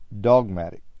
dogmatic